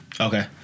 Okay